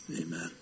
Amen